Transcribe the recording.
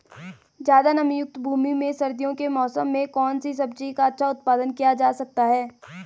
ज़्यादा नमीयुक्त भूमि में सर्दियों के मौसम में कौन सी सब्जी का अच्छा उत्पादन किया जा सकता है?